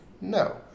No